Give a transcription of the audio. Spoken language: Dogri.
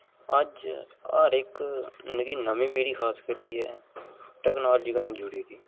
अज हर इक जेह्की नमीं पीढ़ी खास करियै जेह्की टेक्नोलाजी कन्नै जुड़ी दी